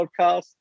podcast